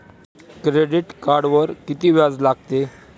Credit कार्डवर किती व्याज लागते?